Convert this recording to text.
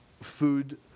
food